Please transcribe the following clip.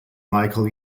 michael